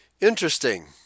Interesting